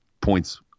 points